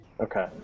Okay